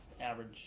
average